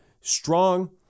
strong